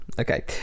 okay